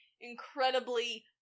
incredibly